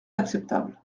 acceptable